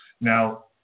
Now